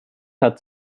hat